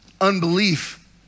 Unbelief